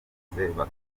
bakarekurwa